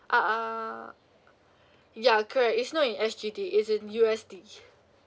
uh uh ya correct it's not in S_G_D it's in U_S_D